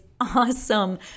awesome